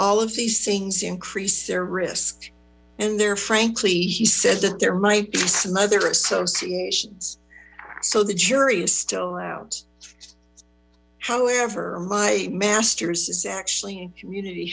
all of these things increase their risk and frankly he said that there might be some other associations so the jury is still out however my master's is actually in community